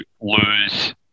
lose